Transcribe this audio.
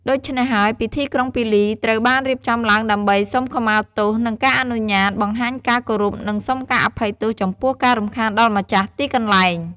ដូច្នេះហើយ ពិធីក្រុងពាលី ត្រូវបានរៀបចំឡើងដើម្បី សុំខមាទោស និងការអនុញ្ញាត បង្ហាញការគោរព និងសុំការអភ័យទោសចំពោះការរំខានដល់ម្ចាស់ទីកន្លែង។